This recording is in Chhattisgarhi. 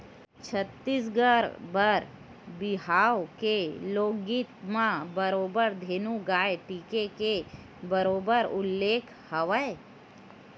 छत्तीसगढ़ी बर बिहाव के लोकगीत म बरोबर धेनु गाय टीके के बरोबर उल्लेख हवय